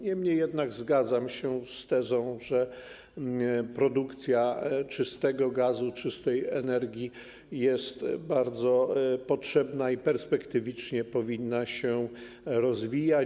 Niemniej jednak zgadzam się z tezą, że produkcja czystego gazu, czystej energii jest bardzo potrzebna i perspektywicznie powinna się rozwijać.